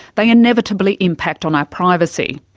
they inevitably impact on our privacy.